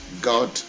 God